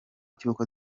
cy’uko